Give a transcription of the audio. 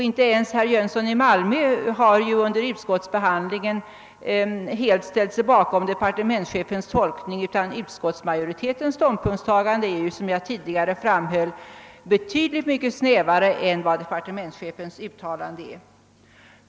Inte ens herr Jönsson i Malmö har vid utskottsbehandlingen helt ställt sig bakom departementschefens tolkning — utskottsmajoritetens ståndpunktstagande är som jag tidigare framhöll betydligt snävare än departementschefens uttalande.